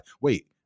Wait